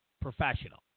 professional